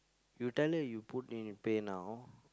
you tell her you put into Pay-Now